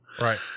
Right